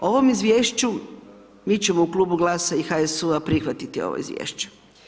O ovom izvješću mi ćemo u klubu GLAS-a i HSU-a prihvatiti ovo izvješće.